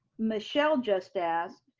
michelle just asked,